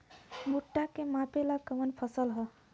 भूट्टा के मापे ला कवन फसल ह?